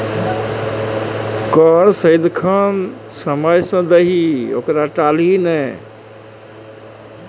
कर सदिखन समय सँ दही ओकरा टाली नै